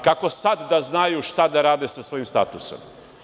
Kako sada da znaju šta da rade sa svojim statusom?